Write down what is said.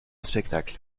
spectacle